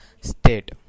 state